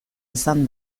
izan